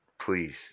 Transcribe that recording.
please